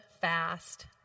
fast